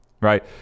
Right